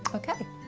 okay.